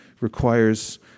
requires